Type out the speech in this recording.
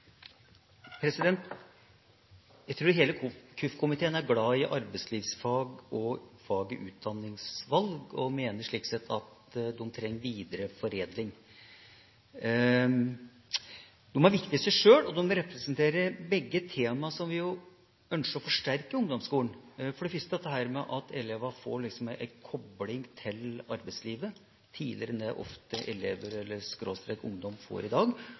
utdanningsvalg og mener at de trenger videreforedling. De er viktige i seg sjøl, og de representerer begge tema som vi jo ønsker å forsterke i ungdomsskolen – for det første at elevene får en kobling til arbeidslivet tidligere enn det elever/ungdom ofte får i dag, og for det andre at vi får satt enda større fokus på den vanskelige overgangsfasen mellom ungdomsskole og videregående skole, slik at en i